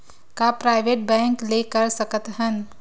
का private bank ले कर सकत हन?